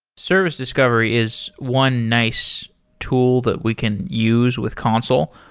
service discovery is one nice tool that we can use with consul.